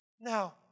Now